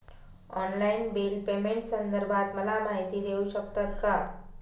Online bill पेमेंटसंदर्भात मला माहिती देऊ शकतात का?